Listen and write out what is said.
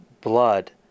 blood